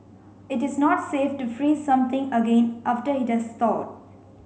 it is not safe to freeze something again after it has thawed